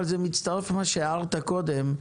כפי שהערת קודם,